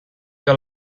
que